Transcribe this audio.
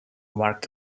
work